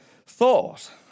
thought